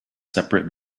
separate